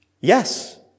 Yes